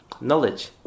knowledge